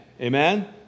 amen